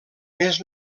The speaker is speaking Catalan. més